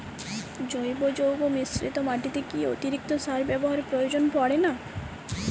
জৈব যৌগ মিশ্রিত মাটিতে কি অতিরিক্ত সার ব্যবহারের প্রয়োজন পড়ে না?